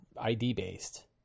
ID-based